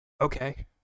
okay